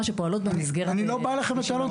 שפועלות במסגרת --- אני לא בא אליכם בטענות,